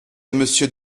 monsieur